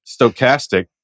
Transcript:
stochastic